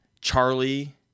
Charlie